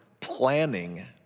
planning